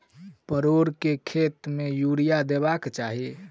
परोर केँ खेत मे यूरिया देबाक चही?